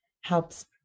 helps